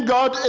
God